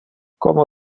como